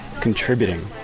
contributing